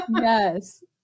Yes